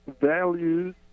values